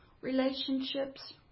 relationships